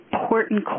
important